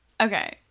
Okay